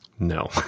No